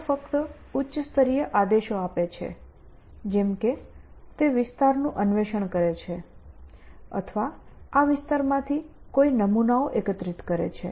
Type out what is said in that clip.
તેઓ ફક્ત ઉચ્ચ સ્તરીય આદેશો આપે છે જેમ કે તે વિસ્તારનું અન્વેષણ કરે છે અથવા આ વિસ્તારમાંથી કોઈ નમૂનાઓ એકત્રિત કરે છે